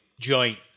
joint